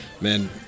man